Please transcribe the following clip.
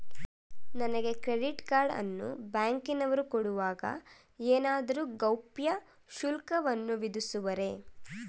ನನಗೆ credit card ಅನ್ನು ಬ್ಯಾಂಕಿನವರು ಕೊಡುವಾಗ ಏನಾದರೂ ಗೌಪ್ಯ ಶುಲ್ಕವನ್ನು ವಿಧಿಸುವರೇ?